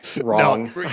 wrong